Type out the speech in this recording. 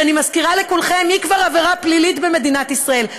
ואני מזכירה לכולכם: זו כבר עבירה פלילית במדינת ישראל.